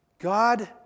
God